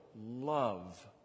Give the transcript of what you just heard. love